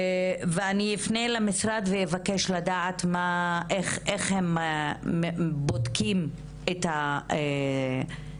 אני אפנה למשרד ואבקש לדעת איך הם בודקים את הנהלים.